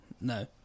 no